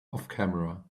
offcamera